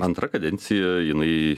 antra kadencija jinai